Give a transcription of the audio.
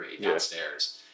downstairs